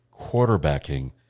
quarterbacking